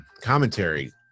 commentary